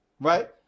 right